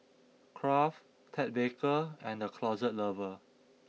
Kraft Ted Baker and The Closet Lover